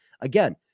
Again